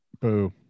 Boo